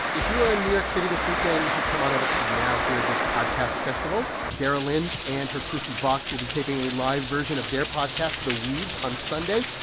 you are in new york city this weekend, you should come on over to the now hear this podcast festival dara lind and her crew from vox will be taping a live version of their podcast the weeds on sunday.